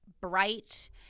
bright